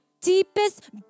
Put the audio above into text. deepest